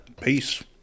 Peace